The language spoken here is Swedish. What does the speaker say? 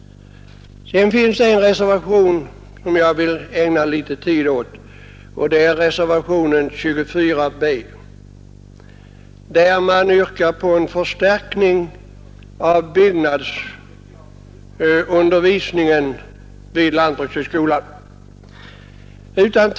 Sedan vill jag också ägna litet tid åt reservationen 4 b, i vilken yrkas på en förstärkning av byggnadsundervisningen vid lantbrukshögskolan.